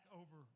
over